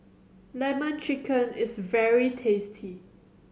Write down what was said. Lemon Chicken is very tasty